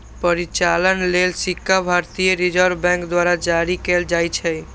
परिचालन लेल सिक्का भारतीय रिजर्व बैंक द्वारा जारी कैल जाइ छै